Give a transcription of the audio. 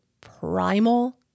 primal